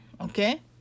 Okay